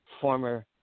former